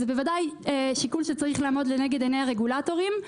זה בוודאי שיקול שצריך לעמוד לנגד עיני הרגולטורים,